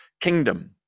kingdom